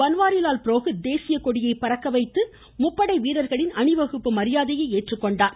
பன்வாரிலால் புரோகித் தேசியக்கொடியை பறக்க விட்டு முப்படை வீரர்களின் அணிவகுப்பு மரியாதையை ஏற்றுக்கொண்டார்